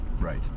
Right